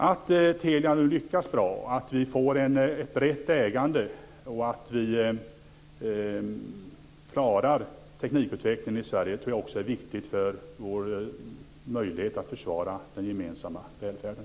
Att Telia nu lyckas bra, att vi får ett brett ägande och att vi klarar teknikutvecklingen i Sverige tror jag också är viktigt för vår möjlighet att försvara den gemensamma välfärden.